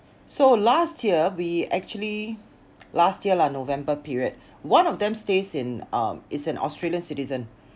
so last year we actually last year lah november period one of them stays in um is an australian citizen